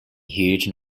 huge